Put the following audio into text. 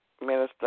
Minister